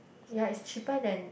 ya is cheaper than